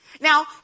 Now